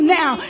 now